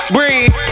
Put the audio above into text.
Breathe